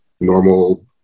normal